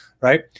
right